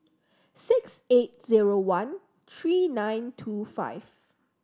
six eight zero one three nine two five